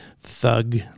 thug